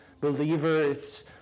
believers